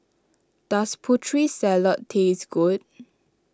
does Putri Salad taste good